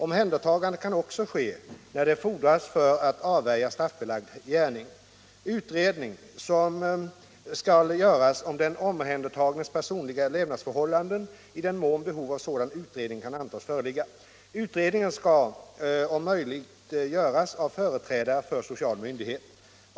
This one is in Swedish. Omhändertagande kan också ske när det fordras för att avvärja straffbelagd gärning. Utredning skall göras om den omhändertagnes personliga levnadsförhållanden, i den mån behov av sådan utredning kan antas föreligga. Utredningen skall om möjligt göras av företrädare för social myndighet.